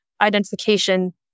identification